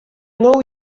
know